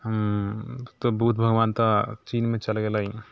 तऽ बुद्ध भगवान तऽ चीनमे चल गेलै